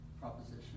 proposition